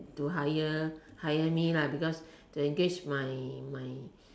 to hire hire me because to engage my my